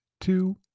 two